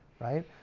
right